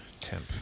temp